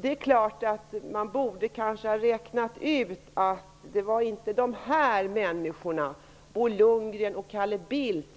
Det är klart att vi borde ha kunnat räkna ut att det inte var de människorna som Bo Lundgren och Calle Bildt